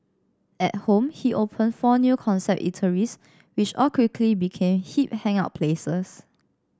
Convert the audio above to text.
at home he opened four new concept eateries which all quickly became hip hangout places